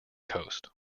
coast